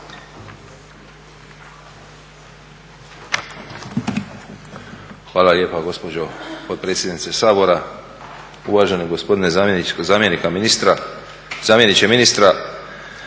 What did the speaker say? Hvala lijepa gospođo potpredsjednice Sabora. Uvaženi gospodine zamjeniče ministra,